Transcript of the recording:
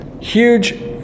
huge